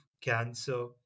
cancer